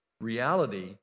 reality